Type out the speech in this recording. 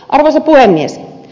arvoisa puhemies